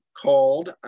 called